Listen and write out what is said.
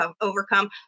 overcome